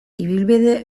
ibilbide